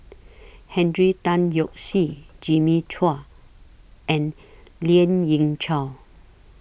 Hendrick Tan Yoke See Jimmy Chua and Lien Ying Chow